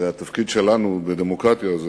התפקיד שלנו בדמוקרטיה זה